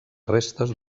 restes